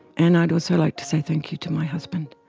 and i'd also like to say thank you to my husband